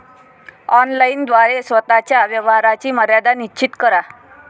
online द्वारे स्वतः च्या व्यवहाराची मर्यादा निश्चित करा